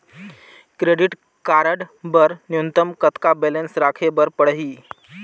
Credit card बर न्यूनतम कतका बैलेंस राखे बर पड़ही?